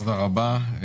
תודה רבה.